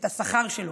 את השכר שלו.